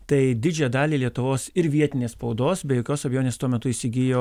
tai didžiąją dalį lietuvos ir vietinės spaudos be jokios abejonės tuo metu įsigijo